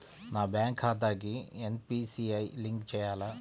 నా బ్యాంక్ ఖాతాకి NPCI link చేయాలా?